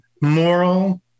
moral